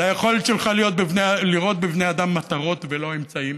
זה היכולת שלך לראות בבני אדם מטרות ולא אמצעים